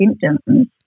symptoms